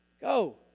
Go